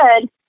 good